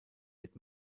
wird